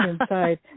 inside